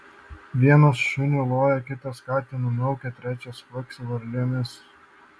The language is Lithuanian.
vienas šuniu loja kitas katinu miaukia trečias kvaksi varlėmis